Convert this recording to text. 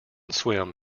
swim